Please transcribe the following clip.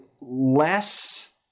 less